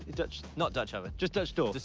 ah dutch not dutch oven. just dutch door. just